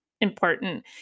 important